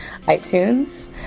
iTunes